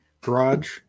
garage